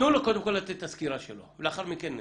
קודם כל לתת את הסקירה שלו ולאחר מכן נתייחס.